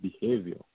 behavior